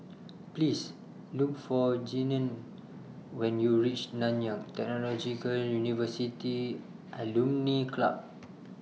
Please Look For Jeannine when YOU REACH Nanyang Technological University Alumni Club